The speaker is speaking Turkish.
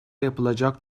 yapılacak